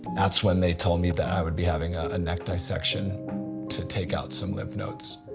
that's when they told me that i would be having a neck dissection to take out some lymph nodes.